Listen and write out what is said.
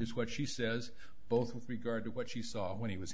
is what she says both with regard to what she saw when he was